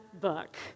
book